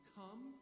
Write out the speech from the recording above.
come